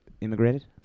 immigrated